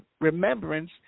remembrance